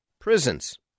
prisons